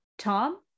Tom